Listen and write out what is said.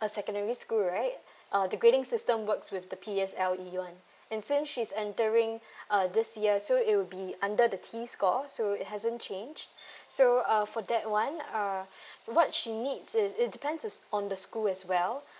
a secondary school right uh the grading system works with the P_S_L_E [one] and since she's entering uh this year so it will be under the t score so it hasn't changed so uh for that [one] uh what she needs is it depends on the school as well